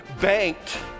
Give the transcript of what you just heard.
banked